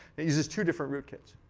it uses two different rootkids.